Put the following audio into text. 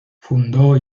fundó